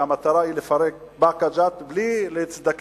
שהמטרה היא לפרק את באקה ג'ת בלי להזדקק